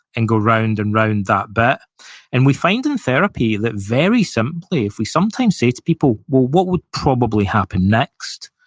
and go round and round that bit but and we find, in therapy, that very simply, if we sometimes say to people, well, what would probably happen next?